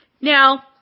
Now